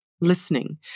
listening